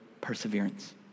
perseverance